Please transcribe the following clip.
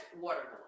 watermelon